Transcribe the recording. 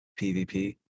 PvP